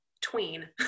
tween